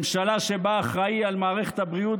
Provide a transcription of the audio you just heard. ממשלה שבה האחראי למערכת הבריאות,